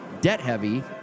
debt-heavy